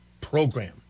program